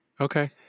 Okay